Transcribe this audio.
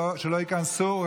שלא ייכנסו.